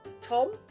Tom